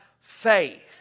faith